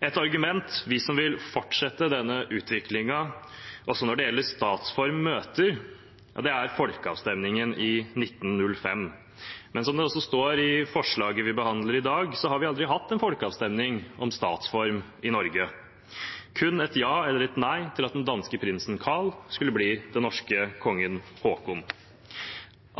Et argument de som vil fortsette denne utviklingen også når det gjelder statsform, møter, er folkeavstemningen i 1905. Men som det også står i forslaget vi behandler i dag, har vi aldri hatt en folkeavstemning om statsform i Norge, kun et ja eller et nei til at den danske prinsen Carl skulle bli den norske kongen Haakon.